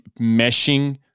meshing